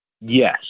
Yes